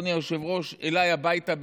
אדוני היושב-ראש: אליי הביתה,